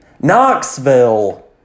Knoxville